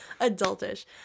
adultish